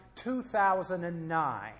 2009